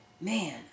man